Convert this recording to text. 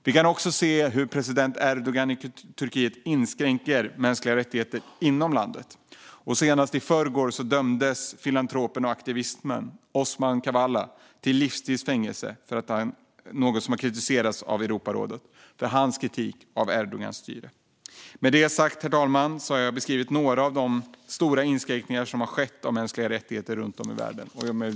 Vi kan också se hur president Erdogan i Turkiet inskränker mänskliga rättigheter inom landet. Senast i förrgår dömdes filantropen och aktivisten Osman Kavala till livstids fängelse, något som har kritiserats av Europarådet, för sin kritik av Erdogans styre. Med detta, herr talman, har jag beskrivit några av de stora inskränkningar av mänskliga rättigheter som har skett runt om i världen.